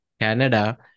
Canada